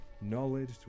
knowledge